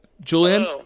Julian